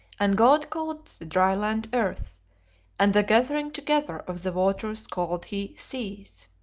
and god called the dry land earth and the gathering together of the waters called he seas.